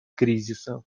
кризисов